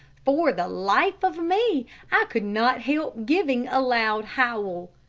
for the life of me i could not help giving a loud howl.